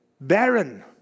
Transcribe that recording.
Barren